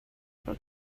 for